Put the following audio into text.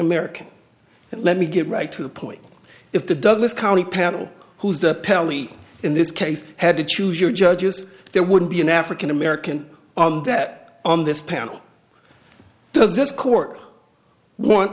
american and let me get right to the point if the douglas county panel who's the pelly in this case had to choose your judges there wouldn't be an african american on that on this panel does this court